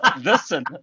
listen